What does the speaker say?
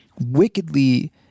wickedly